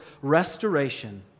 restoration